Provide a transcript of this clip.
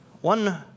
One